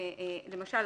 למשל,